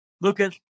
Lucas